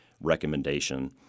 recommendation